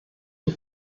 die